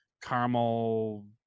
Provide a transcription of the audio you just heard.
caramel